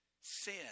sin